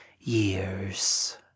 years